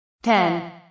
Ten